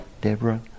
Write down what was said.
Deborah